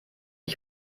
ich